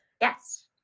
Yes